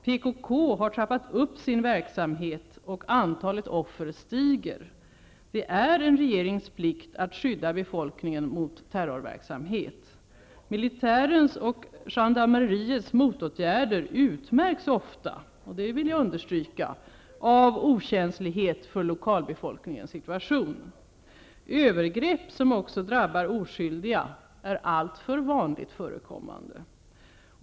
PKK har trappat upp sin verksamhet, och antalet offer stiger. Det är en regerings plikt att skydda befolkningen mot terrorverksamhet. Militärens och gendarmeriets motåtgärder utmärks ofta -- och det vill jag understryka -- av okänslighet för lokalbefolkningens situation. Övergrepp som också drabbar oskyldiga är alltför vanligt förekommande.